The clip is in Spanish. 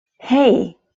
hey